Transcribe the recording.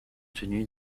tenu